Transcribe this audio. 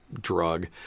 drug